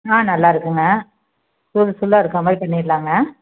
ஆ நல்லா இருக்குமுங்க சுருள் சுருளாக இருக்கற மாதிரி பண்ணிவிட்லாங்க